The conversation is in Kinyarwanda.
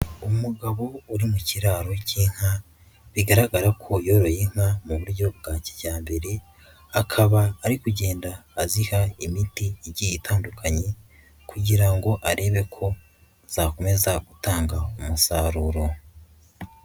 Umugabo uri mu kiraro cy'inka bigaragara ko yoroye inka mu buryo bwa kijyambere, akaba ari kugenda aziha imiti igiye itandukanye kugira ngo arebe ko zakomeza gutanga umusaruro.